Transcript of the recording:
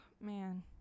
Man